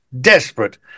desperate